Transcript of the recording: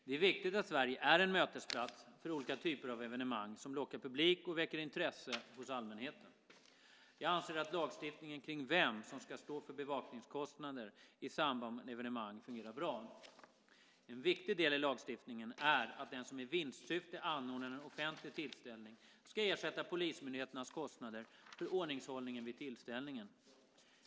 Det är viktigt att Sverige är en mötesplats för olika typer av evenemang som lockar publik och väcker intresse hos allmänheten. Jag anser att lagstiftningen kring vem som ska stå för bevakningskostnaden i samband med evenemang fungerar bra. En viktig del i lagstiftningen är att den som i vinstsyfte anordnar en offentlig tillställning ska ersätta polismyndighetens kostnader för ordningshållningen vid tillställningen.